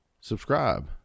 subscribe